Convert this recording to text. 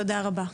תודה רבה.